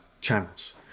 channels